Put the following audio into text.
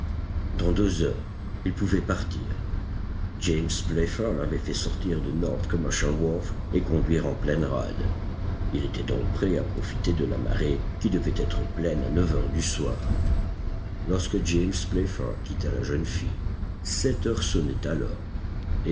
dans deux heures il pouvait partir james playfair l'avait fait sortir du north commercial wharf et conduire en pleine rade il était donc prêt à profiter de la marée qui devait être pleine à neuf heures du soir lorsque james playfair quitta la jeune fille sept heures sonnaient alors